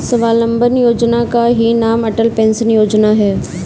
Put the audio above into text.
स्वावलंबन योजना का ही नाम अटल पेंशन योजना है